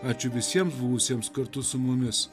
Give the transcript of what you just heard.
ačiū visiems buvusiems kartu su mumis